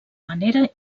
manera